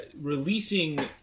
releasing